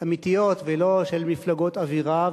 אמיתיות ולא של מפלגות אווירה,